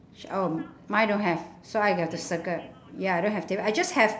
oh mine don't have so I got to circle ya I don't have table I just have